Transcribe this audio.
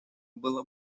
было